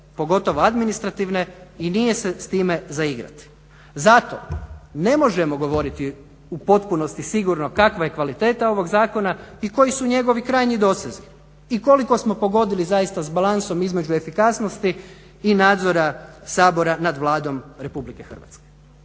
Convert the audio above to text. pogotovo administrativne i nije se s time za igrati. Zato ne možemo govoriti u potpunosti sigurno kakva je kvaliteta ovog zakona i koji su njegovi krajnji dosezi i koliko smo pogodili sa balansom između efikasnosti i nadzora Sabora nad Vladom RH. a da smo